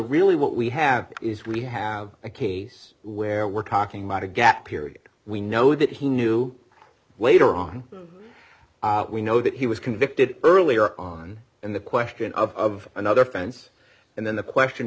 really what we have is we have a case where we're talking about a gap period we know that he knew later on we know that he was convicted earlier on and the question of another fence and then the question